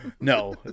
No